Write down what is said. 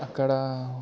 అక్కడ